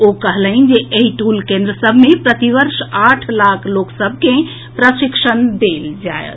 ओ कहलनि जे एहि टूल केन्द्र सभ मे प्रतिवर्ष आठ लाख लोक सभ के प्रशिक्षण देल जाएत